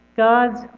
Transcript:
God's